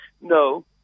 No